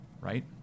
right